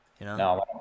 No